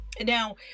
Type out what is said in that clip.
Now